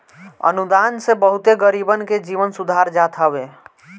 अनुदान से बहुते गरीबन के जीवन सुधार जात हवे